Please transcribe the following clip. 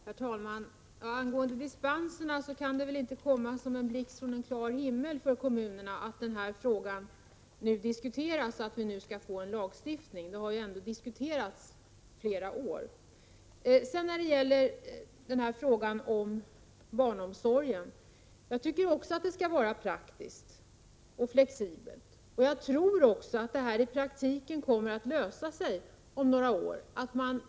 Herr talman! Angående dispenserna kan det väl för kommunerna inte komma som en blixt från en klar himmel att vi nu skall få en lagstiftning. Detta har ju ändå diskuterats under flera år. När det gäller barnomsorgen anser också jag att man skall vara flexibel och ta hänsyn till de praktiska förhållanden som råder. Jag tror även att det här kommer att lösa sig i praktiken, att man om några år anser det som självklart — Prot.